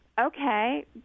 Okay